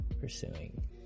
pursuing